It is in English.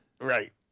right